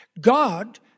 God